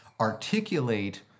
articulate